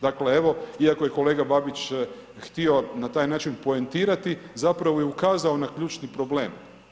Dakle, evo iako je kolega Babić htio na taj način poentirati, zapravo je ukazao na ključni problem.